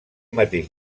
mateix